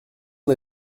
les